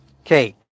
Okay